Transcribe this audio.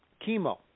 chemo